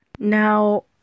Now